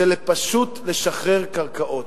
זה פשוט לשחרר קרקעות,